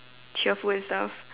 cheerful and stuff